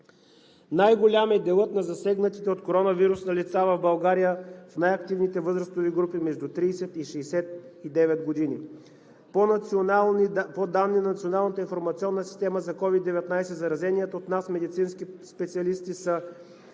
Най-голям е делът на засегнатите от коронавирус на лица в България в най-активните възрастови групи между 30 и 69 години. По данни на Националната информационна система за COVID-19 заразените у нас медицински специалисти са